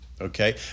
Okay